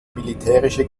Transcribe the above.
militärische